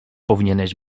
powinieneś